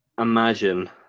imagine